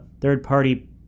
third-party